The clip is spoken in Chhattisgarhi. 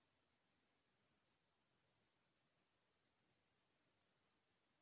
अगर मोर खाता के पईसा ह शून्य हो जाही त का होही?